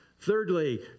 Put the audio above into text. thirdly